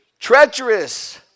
treacherous